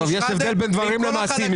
עזוב, יש הבדל בין דברים למעשים.